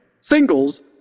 singles